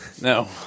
No